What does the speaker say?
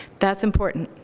that's important.